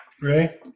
Ray